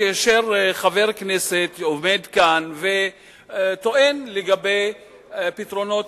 כאשר חבר כנסת עומד כאן וטוען לגבי פתרונות